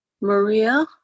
Maria